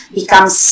becomes